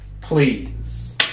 please